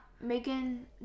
Megan